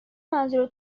منظور